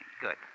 Good